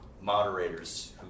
moderators